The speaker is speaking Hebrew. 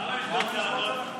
קריאה: למה לשבור צלחות?